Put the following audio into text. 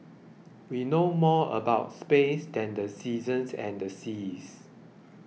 we know more about space than the seasons and the seas